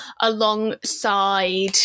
alongside